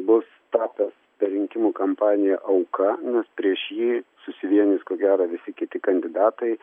bus tapęs rinkimų kampanijoj auka nes prieš jį susivienys ko gero visi kiti kandidatai